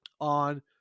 on